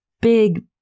big